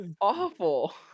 awful